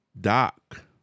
dock